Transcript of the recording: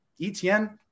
ETN